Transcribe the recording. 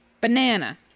Banana